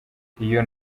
iyo